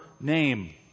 name